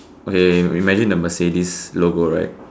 okay imagine the Mercedes logo right